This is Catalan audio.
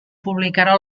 publicarà